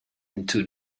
into